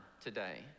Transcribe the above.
today